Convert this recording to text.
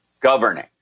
governing